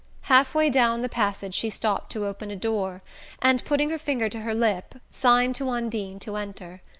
half-way down the passage she stopped to open a door and, putting her finger to her lip, signed to undine to enter.